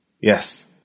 Yes